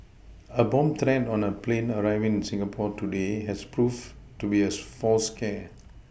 a bomb threat on a plane arriving in Singapore today has proved to be a false scare